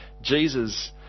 Jesus